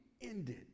ended